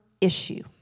issue